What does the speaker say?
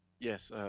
yes,